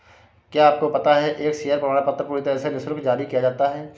क्या आपको पता है एक शेयर प्रमाणपत्र पूरी तरह से निशुल्क जारी किया जाता है?